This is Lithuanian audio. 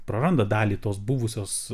praranda dalį tos buvusios